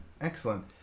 Excellent